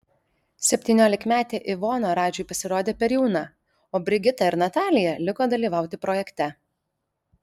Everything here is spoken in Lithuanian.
septyniolikmetė ivona radžiui pasirodė per jauna o brigita ir natalija liko dalyvauti projekte